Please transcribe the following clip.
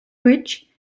bridge